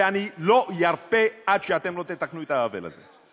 ואני לא ארפה עד שאתם לא תתקנו את העוול הזה.